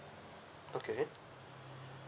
okay